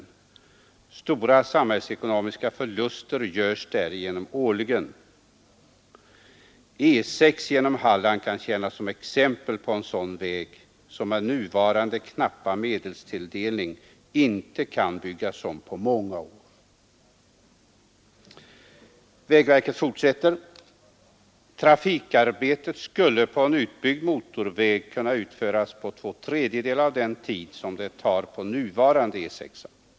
Stora samhällsekonomiska förluster görs därigenom årligen. E 6 genom Halland kan tjäna som exempel på en sådan väg som med nuvarande knappa medelstilldelning inte kan byggas om på många år.” Vägverket fortsätter: ”Trafikarbetet skulle” — på en utbyggd motorväg — ”utförts på 2/3 av den tid det tar på nuvarande E 6.